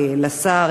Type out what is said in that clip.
לשר.